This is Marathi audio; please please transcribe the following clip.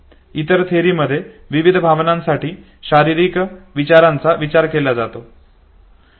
इतर थेअरीमध्ये विविध भावनांसाठी भिन्न शारीरिक विचारांचा विचार केला गेला आहे